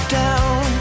down